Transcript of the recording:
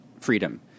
freedom